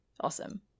Awesome